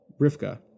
Rivka